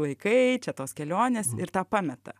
laikai čia tos kelionės ir tą pameta